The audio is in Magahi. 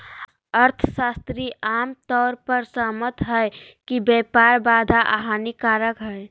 अर्थशास्त्री आम तौर पर सहमत हइ कि व्यापार बाधा हानिकारक हइ